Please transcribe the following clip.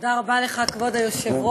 תודה רבה לך, כבוד היושב-ראש.